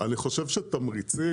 אני חושב שתמריצים